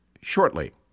shortly